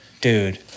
Dude